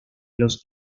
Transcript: los